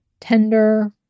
tender